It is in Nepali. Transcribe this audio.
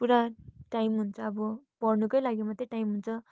पुरा टाइम हुन्छ अब पढ्नुकै लागि मात्र टाइम हुन्छ